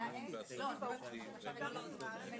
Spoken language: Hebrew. וחלק מהשירותים --- אתה לא עונה לי.